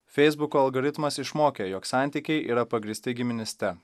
feisbuko algoritmas išmokė jog santykiai yra pagrįsti giminyste